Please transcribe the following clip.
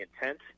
intent